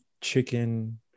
chicken